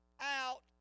out